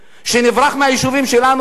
שנברח מהיישובים שלנו?